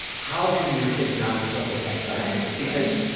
how can your kids not be filled with anxiety? because